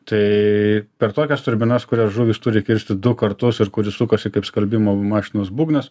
tai per tokias turbinas kurias žuvys turi kirsti du kartus ir kuri sukasi kaip skalbimo mašinos būgnas